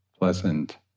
pleasant